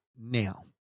now